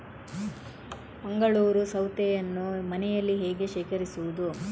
ಮಂಗಳೂರು ಸೌತೆಯನ್ನು ಮನೆಯಲ್ಲಿ ಹೇಗೆ ಶೇಖರಿಸುವುದು?